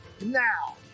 now